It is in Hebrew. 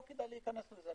לא כדאי להיכנס לזה.